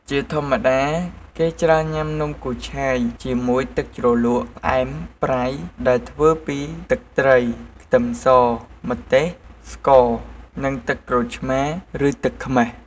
ជាធម្មតាគេច្រើនញ៉ាំនំគូឆាយជាមួយទឹកជ្រលក់ផ្អែមប្រៃដែលធ្វើពីទឹកត្រី ខ្ទឹមស ម្ទេស ស្ករ និងទឹកក្រូចឆ្មារ ឬទឹកខ្មេះ។